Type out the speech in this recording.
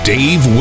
Dave